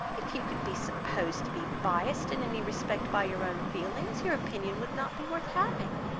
if you could be supposed to be biased in any respect by your own feelings, your opinion would not be worth having.